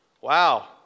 Wow